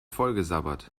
vollgesabbert